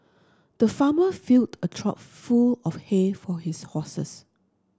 the farmer filled a trough full of hay for his horses